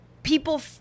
People